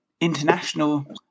international